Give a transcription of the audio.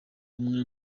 kumwe